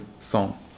song